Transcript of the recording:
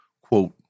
Quote